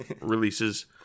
releases